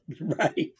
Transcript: Right